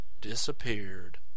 disappeared